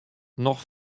noch